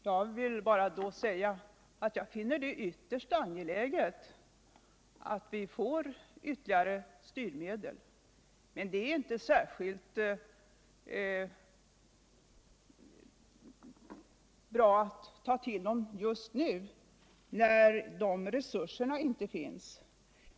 Jag vill bara säga aut jag finner det ytterst angeläget au vi får ytterligare styrmedel, men det är inte särskilt bra att ta till dem just nu när resurser härför inte finns.